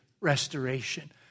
restoration